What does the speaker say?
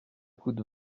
coûte